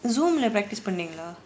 Zoom leh practice பண்ணிங்களா:panningalaa